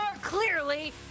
clearly